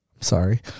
sorry